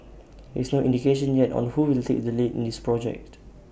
there is no indication yet on who will take the lead in this project